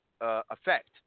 effect